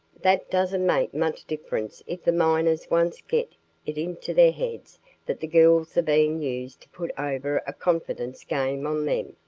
that doesn't make much difference if the miners once get it into their heads that the girls are being used to put over a confidence game on them,